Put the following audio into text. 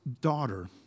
daughter